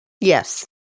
Yes